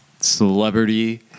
celebrity